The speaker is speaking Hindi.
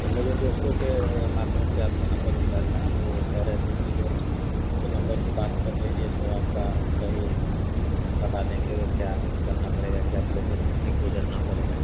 मुझे दोस्तों के माध्यम से आपका नंबर मिला था वह कह रहे थे कि जो इसी नंबर पर बात कर लीजिए तो आपका सही बता देंगे वह क्या करना पड़ेगा क्या प्रोसेसिंग से गुज़रना पड़ेगा